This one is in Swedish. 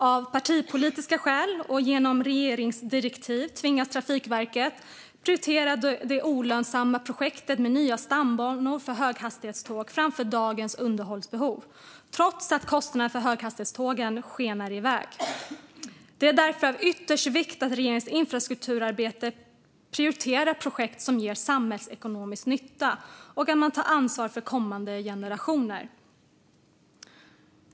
Av partipolitiska skäl och genom regeringsdirektiv tvingas Trafikverket att prioritera det olönsamma projektet med nya stambanor för höghastighetståg framför dagens underhållsbehov, trots att kostnaderna för höghastighetstågen skenar iväg. Det är därför av yttersta vikt att regeringens infrastrukturarbete prioriterar projekt som ger samhällsekonomisk nytta och att man tar ansvar för kommande generationer.